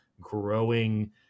growing